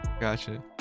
Gotcha